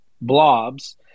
blobs